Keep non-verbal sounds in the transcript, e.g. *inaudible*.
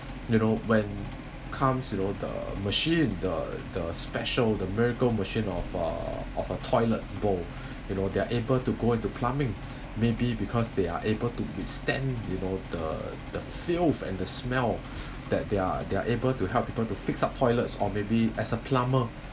you know when comes you know the machine the the special the miracle machine of uh of a toilet bowl *breath* you know they're able to go into plumbing maybe because they are able to withstand you know the the filth and the smell *breath* that they're they're able to help people to fix up toilets or maybe as a plumber